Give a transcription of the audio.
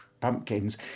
pumpkins